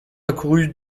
accourut